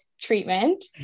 treatment